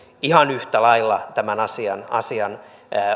ihan yhtä lailla tämän asian asian